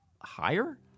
higher